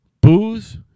booze